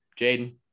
Jaden